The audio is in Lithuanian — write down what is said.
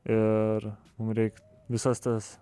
ir mum reik visas tas